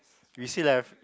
we still have